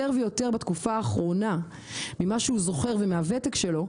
ויותר בתקופה האחרונה ממה שהוא זוכר ומהוותק שלו,